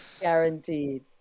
guaranteed